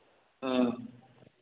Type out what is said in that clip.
ह्म्म